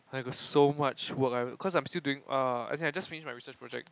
I got so much work I cause I'm still doing uh as in I just finished my research project